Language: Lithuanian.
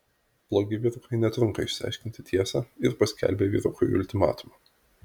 blogi vyrukai netrunka išsiaiškinti tiesą ir paskelbia vyrukui ultimatumą